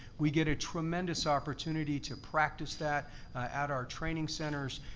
we get a tremendous opportunity to practice that at our training centers,